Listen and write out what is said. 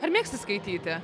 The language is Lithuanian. ar mėgsti skaityti